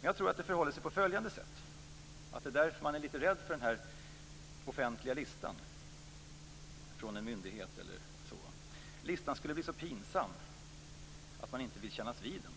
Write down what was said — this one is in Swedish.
Men jag tror att det förhåller sig så att man är litet rädd för en sådan här offentlig lista från en myndighet. Listan skulle bli så pinsam att man inte skulle vilja kännas vid den.